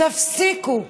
תפסיקו.